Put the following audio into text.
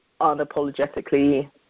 unapologetically